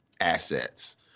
assets